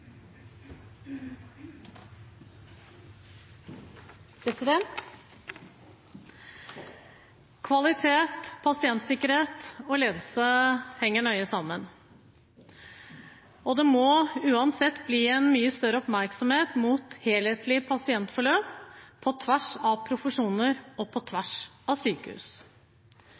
Kvalitet, pasientsikkerhet og ledelse henger nøye sammen. Det må uansett rettes en mye større oppmerksomhet mot helhetlig pasientforløp på tvers av profesjoner og på tvers av sykehus.